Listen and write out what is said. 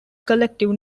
collective